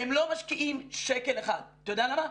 הם לא משקיעים שקל אחד, אתה יודע למה?